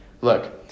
Look